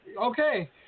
Okay